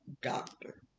doctor